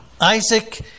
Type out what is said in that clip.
Isaac